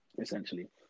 Essentially